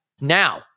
now